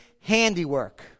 handiwork